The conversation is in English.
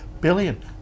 billion